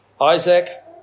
Isaac